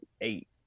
eight